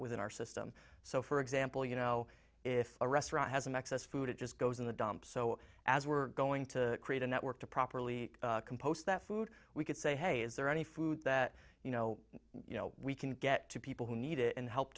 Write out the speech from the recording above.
within our system so for example you know if a restaurant has an excess food it just goes in the dumps so as we're going to create a network to properly compose that food we could say hey is there any food that you know we can get to people who need it and help